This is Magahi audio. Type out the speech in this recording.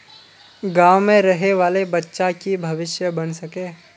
गाँव में रहे वाले बच्चा की भविष्य बन सके?